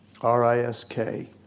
R-I-S-K